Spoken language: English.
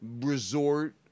resort